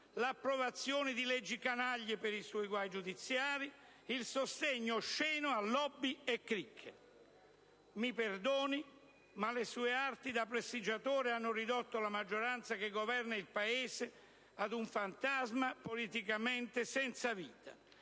l'approvazione di leggi canaglia per i suoi guai giudiziari, il sostegno osceno a *lobby* e cricche. Mi perdoni, ma le sue arti da prestigiatore hanno ridotto la maggioranza che governa il Paese a un fantasma politicamente senza vita.